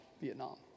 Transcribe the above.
Vietnam